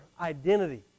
identity